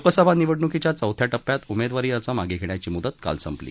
लोकसभा निवडण्कीच्या चौथ्या टप्प्यात उमेदवारी अर्ज मागे घेण्याची मुदत काल संपली